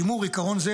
שימור עיקרון זה,